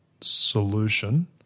solution